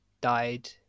died